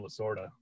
lasorda